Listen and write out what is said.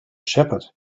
shepherd